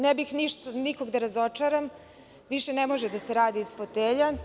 Ne bih nikog da razočaram, više ne može da se radi iz fotelja.